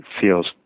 feels